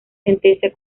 sentencia